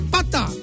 Pata